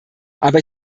aber